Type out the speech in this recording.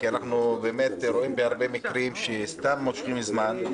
כי אנחנו באמת רואים בהרבה מקרים שסתם מושכים זמן.